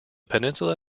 peninsula